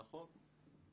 נכון.